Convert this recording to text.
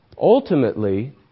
ultimately